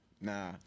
Nah